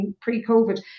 pre-COVID